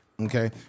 Okay